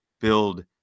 build